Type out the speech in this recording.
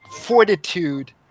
fortitude